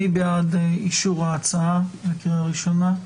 מי בעד אישור ההצעה לקריאה ראשונה?